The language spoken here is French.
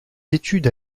études